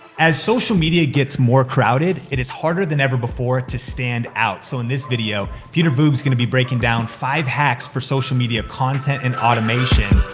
as social media gets more crowded, it is harder than ever before to stand out. so, in this video, peter voogd's gonna be breaking down five hacks for social media content, and automation.